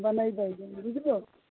बनबय बुझलहो